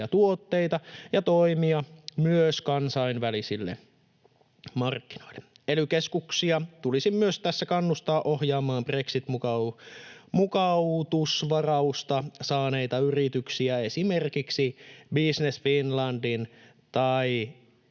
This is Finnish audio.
tuotteita ja toimia myös kansainvälisillä markkinoilla. Ely-keskuksia tulisi myös tässä kannustaa ohjaamaan brexit-mukautusvarausta saaneita yrityksiä esimerkiksi Business Finlandin tai